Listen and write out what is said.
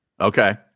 Okay